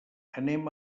anem